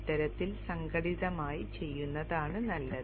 ഇത്തരത്തിൽ സംഘടിതമായി ചെയ്യുന്നതാണ് നല്ലത്